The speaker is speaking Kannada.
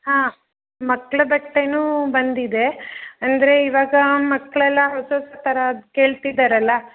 ಹಾಂ ಮಕ್ಳು ಬಟ್ಟೆಯೂ ಬಂದಿದೆ ಅಂದರೆ ಇವಾಗ ಮಕ್ಕಳೆಲ್ಲ ಹೊಸದು ಥರದ ಕೇಳ್ತಿದ್ದಾರಲ್ಲ